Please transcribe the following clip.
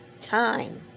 Time